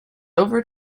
over